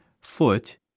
foot